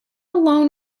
alone